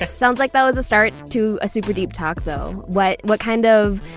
sounds like that was a start to a super deep talk, though. what what kind of